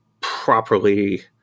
properly